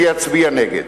שיצביע נגד.